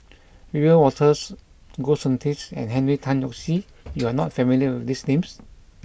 Wiebe Wolters Goh Soon Tioe and Henry Tan Yoke See you are not familiar with these names